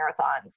marathons